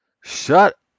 Shut